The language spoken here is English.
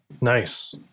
Nice